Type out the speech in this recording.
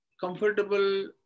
comfortable